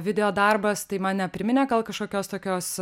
video darbas tai man nepriminė gal kažkokios tokios